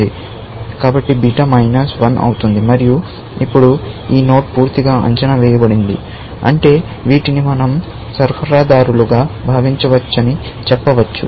కాబట్టి బీటా అవుతుంది మరియు ఇప్పుడు ఈ నోడ్ పూర్తిగా అంచనా వేయబడింది అంటే వీటిని మనం సరఫరాదారులుగా భావించవచ్చని చెప్పవచ్చు